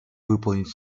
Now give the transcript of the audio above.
выполнить